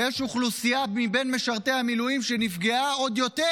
ויש אוכלוסייה מבין משרתי המילואים שנפגעה עוד יותר,